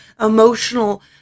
emotional